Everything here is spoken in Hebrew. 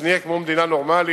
אז נהיה כמו מדינה נורמלית